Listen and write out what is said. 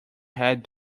had